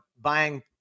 buying